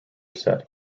said